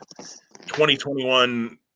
2021